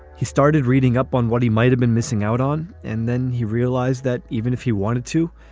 he started reading up on what he might have been missing out on and then he realized that even if he wanted to,